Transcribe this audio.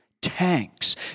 tanks